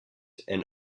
and